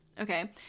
okay